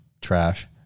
Trash